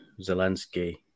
Zelensky